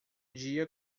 dia